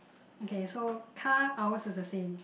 okay so car ours is the same